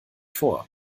vor